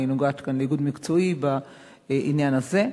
היא נוגעת כאן לאיגוד מקצועי בעניין הזה,